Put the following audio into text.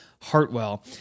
Hartwell